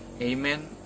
Amen